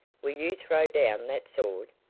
will you throw down that sword?